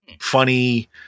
funny